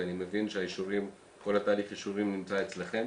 ואני מבין שכל תהליך האישורים נמצא אצלכם,